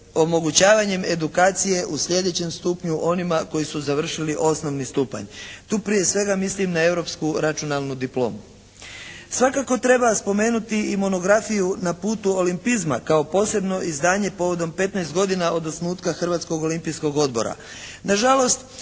omogućavanjem edukacije u sljedećem stupnju onima koji su završili osnovni stupanj. Tu prije svega mislim na europsku računalnu diplomu. Svakako treba spomenuti i monografiju na putu olimpizma kao posebno izdanje povodom 15 godina od osnutka Hrvatskog olimpijskog odbora. Na žalost